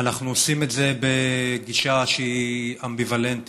ואנחנו עושים את זה בגישה שהיא אמביוולנטית.